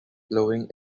flowing